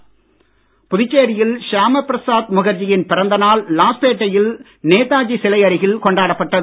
ஷியாம பிரசாத் புதுச்சேரியில் ஷியாம பிரசாத் முகர்ஜியின் பிறந்த நாள் லாஸ்பேட்டையில் நேதாஜி சிலை அருகில் கொண்டாடப்பட்டது